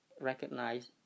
recognize